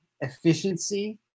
efficiency